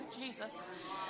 Jesus